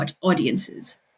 audiences